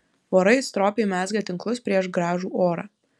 vorai stropiai mezga tinklus prieš gražų orą